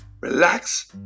relax